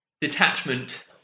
detachment